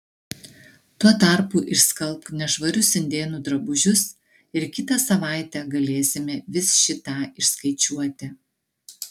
tuo tarpu išskalbk nešvarius indėnų drabužius ir kitą savaitę galėsime vis šį tą išskaičiuoti